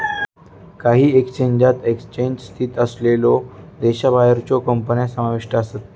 काही एक्सचेंजात एक्सचेंज स्थित असलेल्यो देशाबाहेरच्यो कंपन्या समाविष्ट आसत